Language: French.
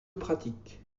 pratique